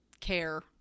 care